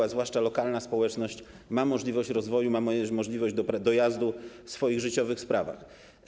A zwłaszcza lokalna społeczność ma możliwość rozwoju, ma możliwość dojazdu w swoich życiowych sprawach.